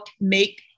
make